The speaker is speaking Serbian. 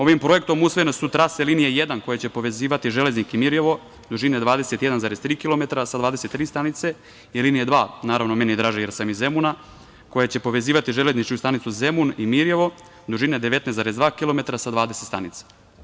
Ovim projektom usvojene su trase linije jedan, koja će povezivati Železnik i Mirijevo, dužine 21,3 kilometra sa 23 stanice, i linija dva, naravno, meni je draže, jer sam iz Zemuna, koja će povezivati železničku stanicu Zemun i Mirijevo, dužine 19,2 kilometra sa 20 stanica.